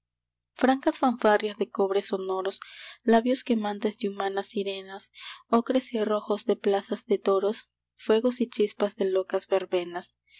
francas fanfarrias de cobres sonoros labios quemantes de humanas sirenas ocres y rojos de plazas de toros fuegos y chispas de locas verbenas